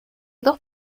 dos